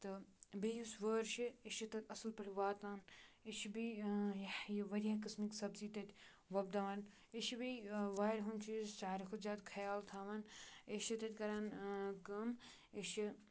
تہٕ بیٚیہِ یُس وٲر چھِ أسۍ چھِ تَتھ اَصٕل پٲٹھۍ واتان أسۍ چھِ بیٚیہِ یہِ واریاہ قٕسمٕکۍ سبزی تَتہِ وۄپداوان أسۍ چھِ بیٚیہِ وارِ ہُنٛد چھِ أسۍ ساروی کھۄتہٕ زیادٕ خیال تھاوان أسۍ چھِ تَتہِ کَران کٲم أسۍ چھِ